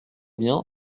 bien